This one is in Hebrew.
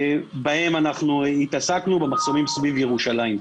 בהם התעסקנו במחסומים סביב ירושלים.